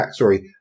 backstory